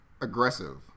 aggressive